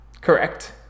correct